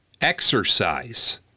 exercise